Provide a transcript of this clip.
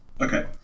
Okay